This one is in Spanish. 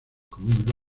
como